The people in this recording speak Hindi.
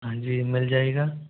हाँ जी मिल जाएगा